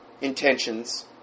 intentions